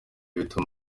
bituma